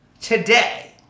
today